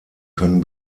können